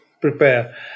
prepare